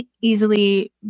easily